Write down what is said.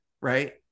right